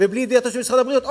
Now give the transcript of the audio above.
ובלי ידיעתו של משרד הבריאות?